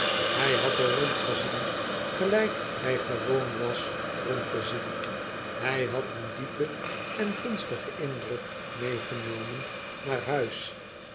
ij had er rond gezien gelijk hij gewoon was rond te zien ij had een diepen en gunstigen indruk meê genomen naar huis